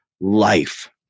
life